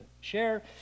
share